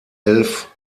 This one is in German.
elf